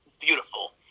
beautiful